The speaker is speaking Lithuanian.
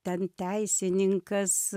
ten teisininkas